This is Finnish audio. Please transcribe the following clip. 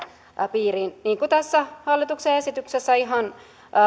piiriin niin kuin tässä hallituksen esityksessä ihan